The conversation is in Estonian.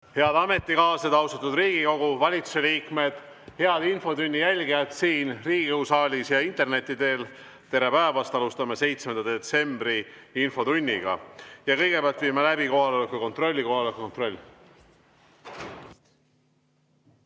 Head ametikaaslased, austatud Riigikogu! Valitsuse liikmed! Head infotunni jälgijad siin Riigikogu saalis ja interneti teel! Tere päevast! Alustame 7. detsembri infotundi. Kõigepealt viime läbi kohaloleku kontrolli. Kohaloleku kontroll.